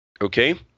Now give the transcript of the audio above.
Okay